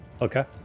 Okay